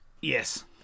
yes